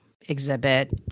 exhibit